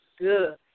good